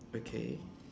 okay